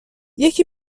یکی